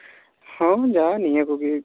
ᱦᱚᱸ ᱡᱟ ᱱᱤᱭᱟᱹ ᱠᱚᱜᱮ